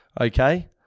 okay